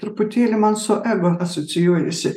truputėlį man su ego asocijuojasi